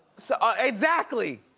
so ah exactly.